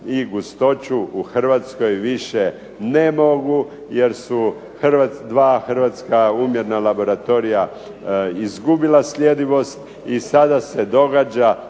i gustoću u Hrvatskoj više ne mogu, jer su dva hrvatska umjera izgubila sljedivost i sada se događa